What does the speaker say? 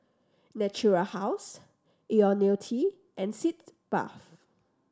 Natura House Ionil T and Sitz Bath